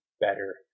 better